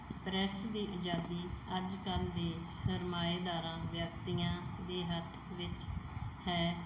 press ਦੀ ਆਜ਼ਾਦੀ ਅੱਜ ਕੱਲ੍ਹ ਦੇ ਸਰਮਾਏਦਾਰਾਂ ਵਿਅਕਤੀਆਂ ਦੇ ਹੱਥ ਵਿੱਚ ਹੈ